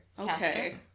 Okay